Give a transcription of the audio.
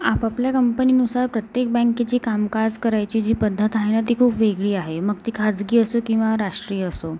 आपापल्या कंपनीनुसार प्रत्येक बँकेची कामकाज करायची जी पद्धत आहे ना ती खूप वेगळी आहे मग ती खाजगी असो किंवा राष्ट्रीय असो